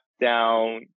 down